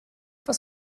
was